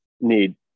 need